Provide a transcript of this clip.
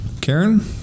Karen